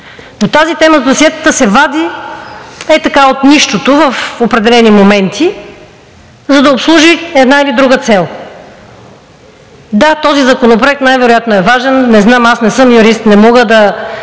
Но тази тема с досиетата се вади ей така от нищото в определени моменти, за да обслужи една или друга цел. Да, този законопроект най-вероятно е важен – не знам, не съм юрист, не мога да